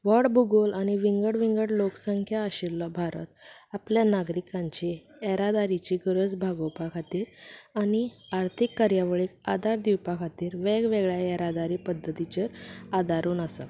व्हड भुगोल आनी विंगड विंगड लोख संख्या आशिल्लो भारत आपल्या नागरीकांची येरादारीची गरज भागोवपा खातीर आनी आर्थीक कार्यावळीक आदार दिवपा खातीर वेगवेगळे येरादारी पद्दतीचेर आदारून आसा